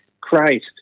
Christ